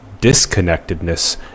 disconnectedness